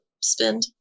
Spend